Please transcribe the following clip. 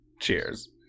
Cheers